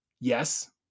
yes